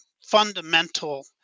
fundamental